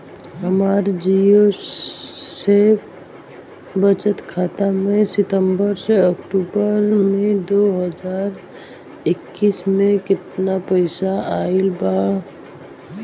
हमार जीरो शेष बचत खाता में सितंबर से अक्तूबर में दो हज़ार इक्कीस में केतना पइसा आइल गइल बा?